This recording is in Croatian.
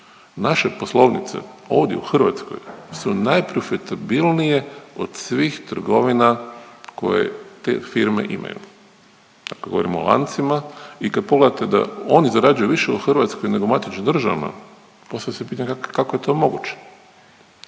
Naše poslovnice ovdje u Hrvatskoj su najprofitabilnije od svih trgovina koje te firme imaju. Dakle, govorimo o lancima i kad pogledate da oni zarađuju više u Hrvatskoj nego u matičnim državama postavlja se pitanje kako je to moguće.